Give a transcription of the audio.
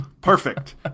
Perfect